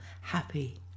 happy